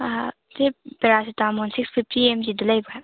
ꯁꯤ paracetamol six fifty M ꯖꯤꯗꯨ ꯂꯩꯕ꯭ꯔ